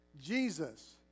Jesus